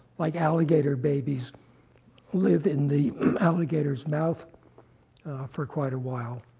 like alligator babies live in the alligator's mouth for quite a while.